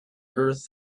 earth